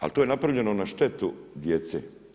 Ali to je napravljeno na štetu djece.